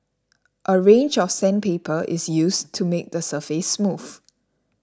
a range of sandpaper is used to make the surface smooth